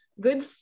Good